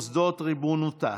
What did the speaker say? מס' 2265,